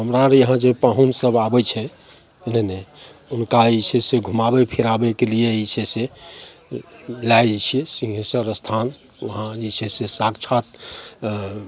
हमर यहाँ जे पाहुनसभ आबै छै बुझलिए ने हुनका जे छै से घुमाबै फिराबैके लिए जे छै से ओ लै जाए छिए सिँहेश्वर अस्थान उहाँ जे छै से साक्षात अँ